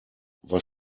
was